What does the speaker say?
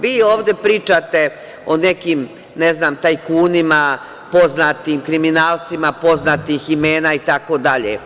Vi ovde pričate o nekim tajkunima, poznatim kriminalcima, poznatih imena, itd.